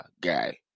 guy